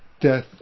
death